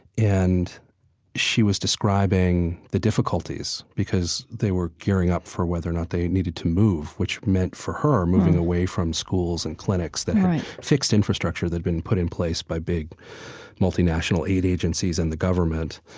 and she was describing the difficulties, because they were gearing up for whether or not they needed to move. which meant for her, moving away from schools and clinics the fixed infrastructure that had been put in place by big multinational aide agencies and the government